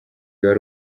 wari